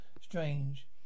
Strange